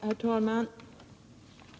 Herr talman!